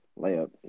Layup